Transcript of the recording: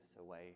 away